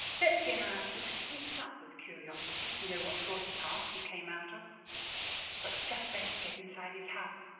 betsy and i are simply eaten up with curiosity to know what sort of past he came out of but just let us get inside his house,